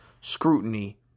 scrutiny